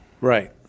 Right